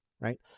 right